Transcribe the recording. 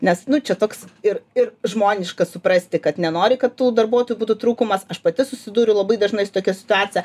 nes nu čia toks ir ir žmoniška suprasti kad nenori kad tų darbuotojų būtų trūkumas aš pati susiduriu labai dažnai su tokia situacija